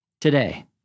today